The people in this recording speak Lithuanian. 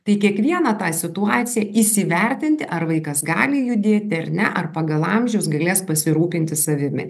tai kiekvieną tą situaciją įsivertinti ar vaikas gali judėti ar ne ar pagal amžių jis galės pasirūpinti savimi